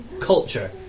culture